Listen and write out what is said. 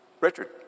Richard